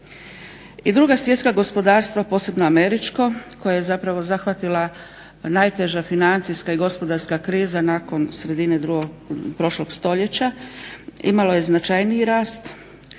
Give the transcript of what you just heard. I druga svjetska gospodarstva posebno američko koje je zapravo zahvatila najteža financijska i gospodarska kriza nakon sredine prošlog stoljeća, imalo je značajniji rast